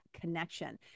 connection